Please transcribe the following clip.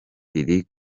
riri